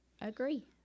Agree